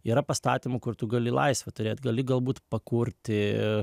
yra pastatymų kur tu gali laisvę turėt gali galbūt pakurti